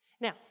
Now